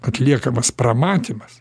atliekamas pramatymas